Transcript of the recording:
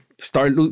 start